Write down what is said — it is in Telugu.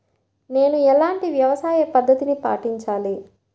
నేను ఎలాంటి వ్యవసాయ పద్ధతిని పాటించాలి?